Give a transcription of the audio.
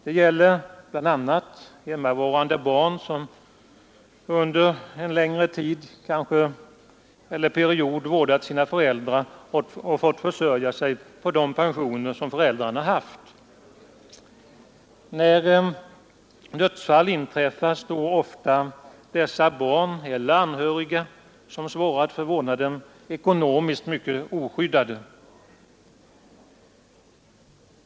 Det gäller bl.a. hemmavarande barn som under en längre period vårdat sina föräldrar och fått försörja sig på de pensioner som föräldrarna haft. När dödsfall inträffar står ofta dessa barn eller anhöriga, som svarat för vårdnaden, ekonomiskt mycket oskyddade.